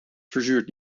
verzuurt